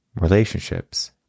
relationships